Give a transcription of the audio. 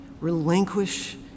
Relinquish